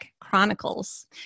Chronicles